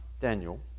Daniel